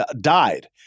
died